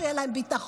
שיהיה להם ביטחון,